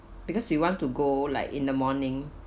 because we want to go like in the morning